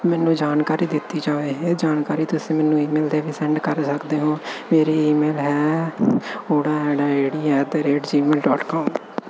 ਮੈਨੂੰ ਜਾਣਕਾਰੀ ਦਿੱਤੀ ਜਾਵੇ ਇਹ ਜਾਣਕਾਰੀ ਤੁਸੀਂ ਮੈਨੂੰ ਈਮੇਲ 'ਤੇ ਵੀ ਸੈਂਡ ਕਰ ਸਕਦੇ ਹੋ ਮੇਰੀ ਈਮੇਲ ਹੈ ਊੜਾ ਆੜਾ ਈੜੀ at the rate Gmail dot com